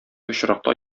очракта